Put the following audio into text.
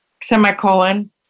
semicolon